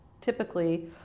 typically